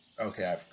Okay